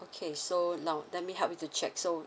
okay so now let me help you to check so